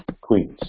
Queens